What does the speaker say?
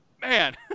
man